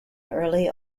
early